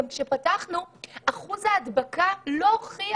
אלא שכשפתחנו אחוז ההדבקה לא הוכיח